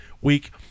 week